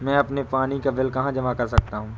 मैं अपने पानी का बिल कहाँ जमा कर सकता हूँ?